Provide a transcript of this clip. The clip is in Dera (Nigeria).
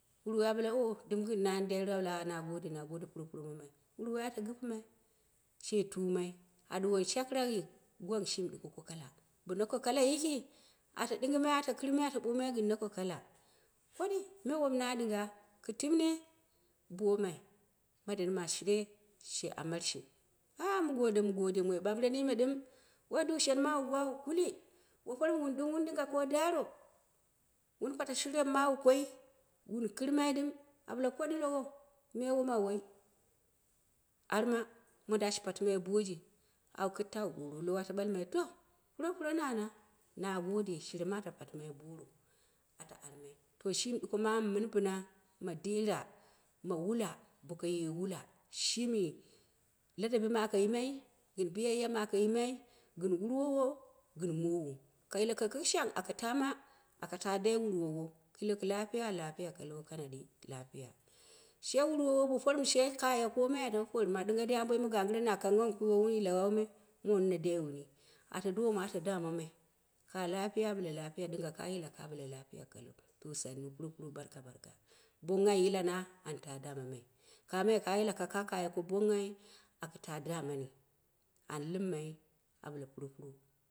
Wurwoi abale bo dɨm gɨm nani diru, aɓale a a nagode nagode puro puro mamai wurwai at gɨpɨmai she tumai, a ɗuwon shakirak yik, gwang shini duko ko kala, bo nako kala yiki, ala ɗɨ ngɨ mai ata ɓomai, ko nako kala koɗi, me wom na ɗɨnga timme boman madadi ma shire, she amarshi mugode mugode moi ɓambɨreru me ɗɨm wi du shen mawu mawu gwou, kuli bo porm wun ɗɨm wen dinga daro, wuu pata shire m mawu koi, wun kɨr mai ɗɨm, abale koɗi low, me woma woi, arma modɨn ashi pat mai boji kawai ata ɓalmai to, puro puro nana, nagode, shire na ata pati mai boro ata armai, to shim ɗuko mamu mɨn bɨ na ma dara ma wula boka ye wula, shimi lda bi ma aka yima, gɨn bi yayya ma aka yimai gɨn wurwowa, gɨn mowo, ka yileko kɨkkɨshang aka tama aka ta dai wurwowo, kɨ yile kɨ lapiya lapiya kalau kanaɗi, lapiya. She wurwowo bo pornu she kaya komai ata bo parma ɗɨnga gagɨre na kanghawu wowun yila wou me, monne na dai wehi, ata dama atada mamai, ka lapiya abale lapiya ɗinga ka yilaka abale lafiya kalau to sannui puro puro barka barka bonghai yilang an ta da mamai, ka mai ka yila ku kaye ko bonghai akɨ ta da mani an lɨmmai, aɓale puropuro